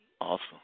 Awesome